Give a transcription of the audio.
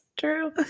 true